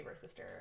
sister